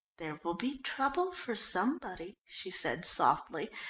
there will be trouble for somebody, she said, softly,